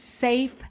safe